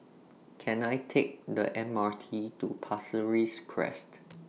Can I Take The M R T to Pasir Ris Crest